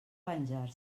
venjar